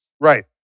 Right